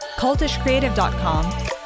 cultishcreative.com